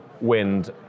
Wind